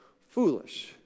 foolish